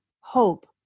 hope